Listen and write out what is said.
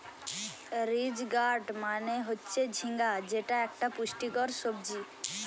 ridge gourd মানে হচ্ছে ঝিঙ্গা যেটা একটা পুষ্টিকর সবজি